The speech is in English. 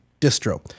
distro